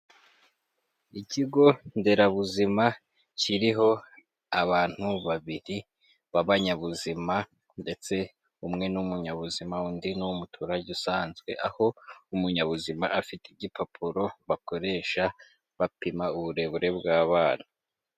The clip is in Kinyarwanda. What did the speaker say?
Ikigo nderabuzima kiriho abantu babiri b'abanyabuzima ndetse umwe n'umunyabuzima undi ni umuturage usanzwe, aho umunyabuzima afite igipapuro bakoresha bapima uburebure bw'abana.